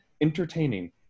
entertaining